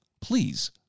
Please